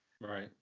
Right